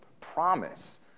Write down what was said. promise